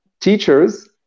teachers